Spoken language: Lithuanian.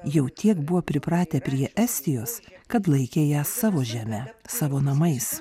jau tiek buvo pripratę prie estijos kad laikė ją savo žeme savo namais